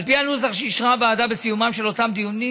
על פי הנוסח שאישרה הוועדה בסיומם של אותם דיונים,